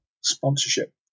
sponsorship